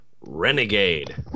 Renegade